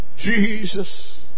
Jesus